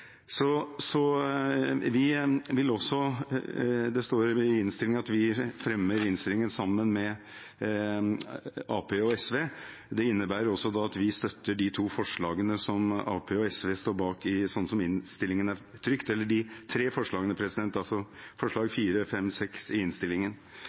Det står i innstillingen at vi fremmer innstillingen sammen med Arbeiderpartiet og SV. Det innebærer også at vi støtter de tre forslagene som Arbeiderpartiet og SV står bak, altså forslagene nr. 4, 5 og 6 i innstillingen.